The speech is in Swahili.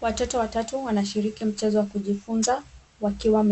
Watoto watatu wanashiriki mchezo wa kujifunza wakiwa